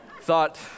Thought